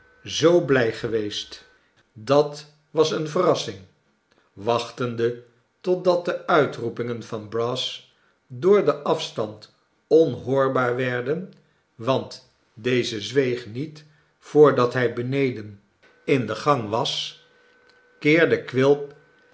zoo blij geweest dat was eene verrassing wachtende totdat de uitroepingen van brass door den afstand onhoorbaar werden want deze zweeg niet voordat hij beneden in de gang was keerde quilp